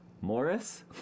Morris